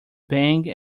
bang